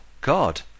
God